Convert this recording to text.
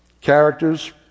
characters